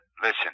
listen